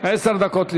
עשר דקות לרשותך.